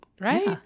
Right